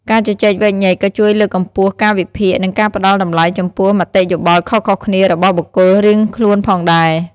ការជជែកវែកញែកក៏ជួយលើកកម្ពស់ការវិភាគ និងការផ្ដល់តម្លៃចំពោះមតិយោបល់ខុសៗគ្នារបស់បុគ្គលរៀងខ្លួនផងដែរ។